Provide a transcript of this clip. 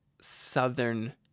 southern